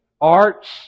arts